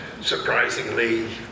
surprisingly